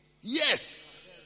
Yes